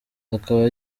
akaba